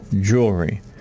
Jewelry